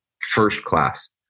first-class